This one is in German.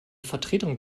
vertretung